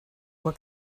what